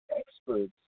experts